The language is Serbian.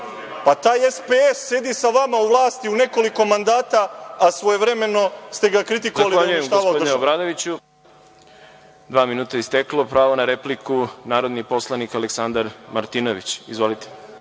Pa taj SPS sedi sa vama u vlasti u nekoliko mandata, a svojevremeno ste ga kritikovali da je uništavao državu.